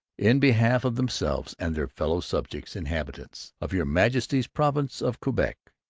in behalf of themselves and their fellow subjects, inhabitants of your majesty's province of quebec.